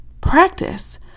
practice